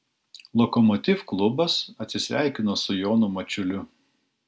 lokomotiv klubas atsisveikino su jonu mačiuliu